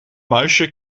muisje